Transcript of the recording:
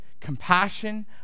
compassion